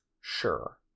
sure